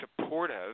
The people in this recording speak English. supportive